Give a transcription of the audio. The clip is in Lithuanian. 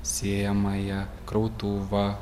sėjamąją krautuvą